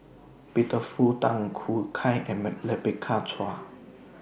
Peter Fu Tan Choo Kai and Chua